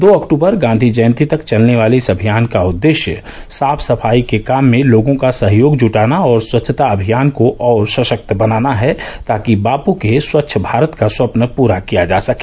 दो अक्टूबर गांधी जयंती तक चलने वाले इस अभियान का उद्देश्य साफ सफाई के काम में लोगों का सहयोग जुटाना और स्वच्छता अभियान को और सशक्त बनाना है ताकि बापू के स्वच्छ भारत का स्वप्न पूरा किया जा सके